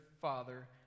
father